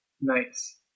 Nice